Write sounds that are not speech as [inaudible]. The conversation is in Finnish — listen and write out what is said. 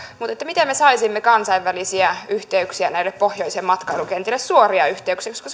mutta miten me saisimme kansainvälisiä yhteyksiä näille pohjoisen matkailukentille suoria yhteyksiä koska [unintelligible]